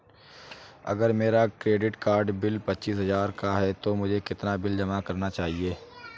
अगर मेरा credit card bill पच्चीस हजार का है तो मुझे कितना बिल जमा करना चाहिए?